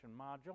module